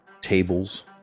Tables